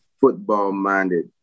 football-minded